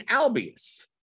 Albius